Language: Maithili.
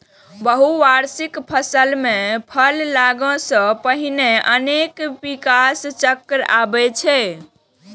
बहुवार्षिक फसल मे फल लागै सं पहिने अनेक विकास चक्र आबै छै